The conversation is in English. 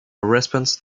response